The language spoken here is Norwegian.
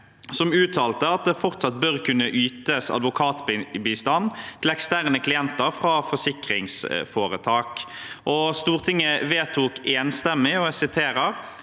som uttalte at det fortsatt bør kunne ytes ad vokatbistand til eksterne klienter fra forsikringsforetak. Stortinget vedtok enstemmig: «Stortinget